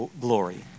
glory